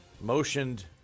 motioned